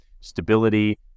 stability